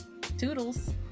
toodles